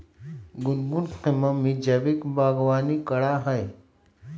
गुनगुन के मम्मी जैविक बागवानी करा हई